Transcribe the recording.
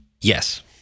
Yes